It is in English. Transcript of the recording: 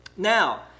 Now